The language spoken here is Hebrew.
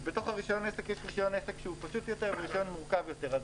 ובתוך רישיון עסק יש רישיון עסק שהוא פשוט יותר ורישיון מורכב יותר.